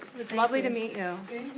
it was lovely to meet you.